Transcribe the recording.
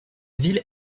ville